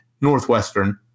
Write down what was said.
Northwestern